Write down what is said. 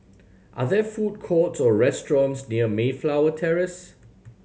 are there food courts or restaurants near Mayflower Terrace